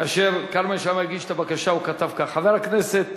כאשר כרמל שאמה הגיש את הבקשה הוא כתב כך: חבר הכנסת